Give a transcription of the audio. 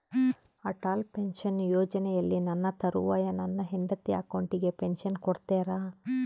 Atal pension ಯೋಜನೆಯಲ್ಲಿ ನನ್ನ ತರುವಾಯ ನನ್ನ ಹೆಂಡತಿ ಅಕೌಂಟಿಗೆ ಪೆನ್ಶನ್ ಕೊಡ್ತೇರಾ?